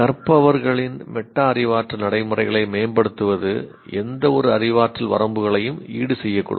கற்பவர்களின் மெட்டா அறிவாற்றல் நடைமுறைகளை மேம்படுத்துவது எந்தவொரு அறிவாற்றல் வரம்புகளையும் ஈடுசெய்யக்கூடும்